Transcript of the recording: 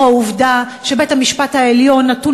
לנוכח העובדה שבית-המשפט העליון נתון